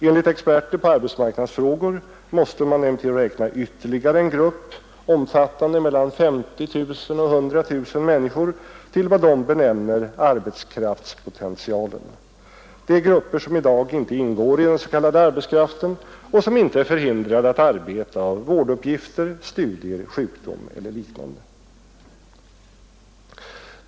Enligt experter på arbetsmarknadsfrågor måste man emellertid räkna ytterligare en grupp omfattande 50 000-100 000 människor till vad de benämner ”arbetskraftspotentialen”. Det är grupper som i dag inte ingår i den s.k. arbetskraften och som inte är förhindrade att arbeta av vårduppgifter, studier, sjukdom eller liknande.